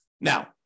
Now